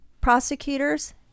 prosecutors